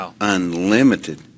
unlimited